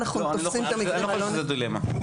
אני לא חושב שזה דילמה.